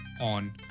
on